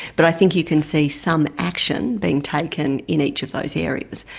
but i think you can see some action being taken in each of those areas.